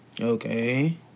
okay